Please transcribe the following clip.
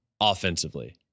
offensively